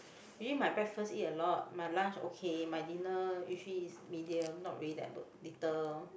really my breakfast eat a lot my lunch okay my dinner usually is medium not really that look little